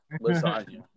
lasagna